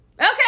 Okay